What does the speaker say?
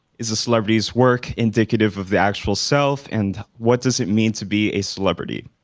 is the celebrities work indicative of the actual self and what does it mean to be a celebrity?